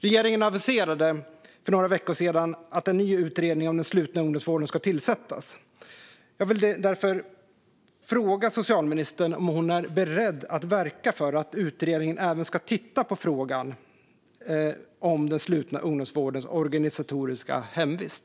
Regeringen aviserade för några veckor sedan att en ny utredning om den slutna ungdomsvården ska tillsättas. Jag vill därför fråga socialministern om hon är beredd att verka för att utredningen även ska titta på frågan om den slutna ungdomsvårdens organisatoriska hemvist.